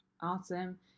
awesome